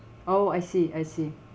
oh I see I see